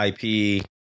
IP